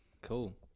Cool